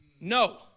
No